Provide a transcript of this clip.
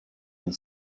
been